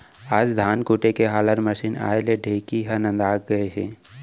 आज धान कूटे के हालर मसीन आए ले ढेंकी ह नंदा गए हे